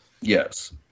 Yes